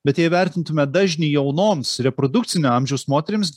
bet jei vertintume dažnį jaunoms reprodukcinio amžiaus moterims gimdos kaklelio